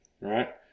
right